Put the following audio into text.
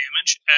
damage